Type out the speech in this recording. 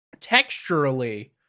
texturally